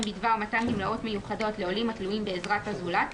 בדבר מתן גמלאות מיוחדות לעולים התלויים בעזרת הזולת,